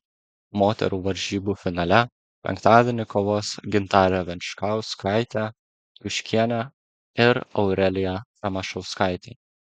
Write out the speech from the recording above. moterų varžybų finale penktadienį kovos gintarė venčkauskaitė juškienė ir aurelija tamašauskaitė